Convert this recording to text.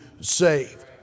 saved